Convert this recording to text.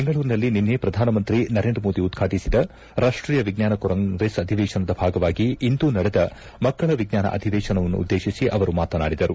ಬೆಂಗಳೂರಿನಲ್ಲಿ ನಿನ್ನೆ ಪ್ರಧಾನಮಂತ್ರಿ ನರೇಂದ್ರಮೋದಿ ಉದ್ಘಾಟಿಸಿದ ರಾಷ್ಟೀಯ ವಿಜ್ಞಾನ ಕಾಂಗ್ರೆಸ್ ಅಧಿವೇಶನದ ಭಾಗವಾಗಿ ಇಂದು ನಡೆದ ಮಕ್ಕಳ ವಿಜ್ಞಾನ ಅಧಿವೇಶನವನ್ನು ಉದ್ದೇಶಿಸಿ ಅವರು ಮಾತನಾಡಿದರು